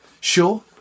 Sure